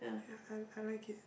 ya I I like it